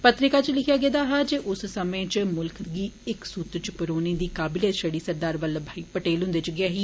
पत्रिका च लिखेआ गेदा हा जे उस समें च मुल्ख गी इक सूत्र च परोने दी काबिलियत छड़ी सरदार वल्लभ वाई पटेल हुन्दे च गै ऐही